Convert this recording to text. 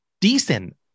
decent